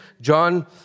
John